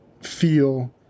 feel